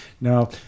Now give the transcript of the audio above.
Now